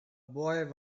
boy